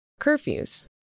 curfews